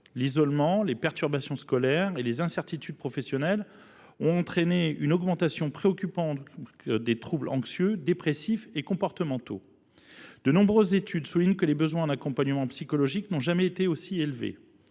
L’isolement, les perturbations scolaires et les incertitudes professionnelles ont entraîné une augmentation préoccupante des troubles anxieux, dépressifs et comportementaux. Ainsi, de nombreuses études soulignent que les besoins en accompagnement psychologique n’ont jamais été aussi élevés.